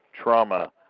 trauma